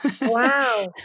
Wow